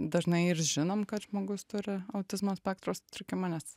dažnai ir žinom kad žmogus turi autizmo spektro sutrikimą nes